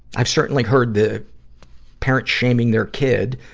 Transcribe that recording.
i've certainly heard the parents shaming their kid,